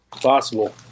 Possible